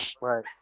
right